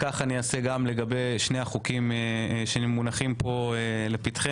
כך אעשה גם לגבי שני החוקים שמונחים פה לפתחנו.